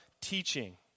teaching